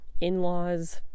in-laws